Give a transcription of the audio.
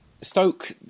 Stoke